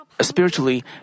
Spiritually